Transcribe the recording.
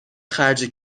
خرج